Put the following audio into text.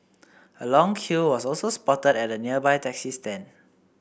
a long queue was also spotted at the nearby taxi stand